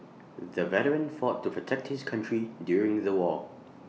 the veteran fought to protect his country during the war